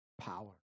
power